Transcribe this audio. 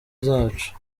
zacu